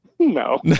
No